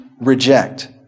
reject